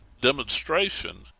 demonstration